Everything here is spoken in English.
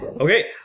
Okay